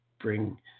bring